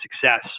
success